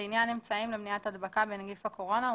לעניין אמצעים למניעת הדבקה בנגיף הקורונה,